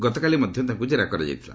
ଗତକାଲି ମଧ୍ୟ ତାଙ୍କୁ ଜେରା କରାଯାଇଥିଲା